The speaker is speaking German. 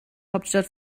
hauptstadt